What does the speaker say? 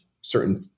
certain